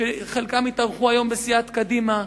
שחלקם התארחו היום בסיעת קדימה,